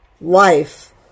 life